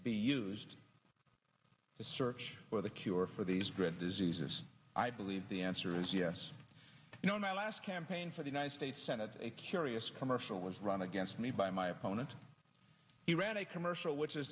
be used to search for the cure for these dread diseases i believe the answer is yes you know in my last campaign for the united states senate a curious commercial was run against me by my opponent he ran a commercial which is